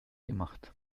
gemacht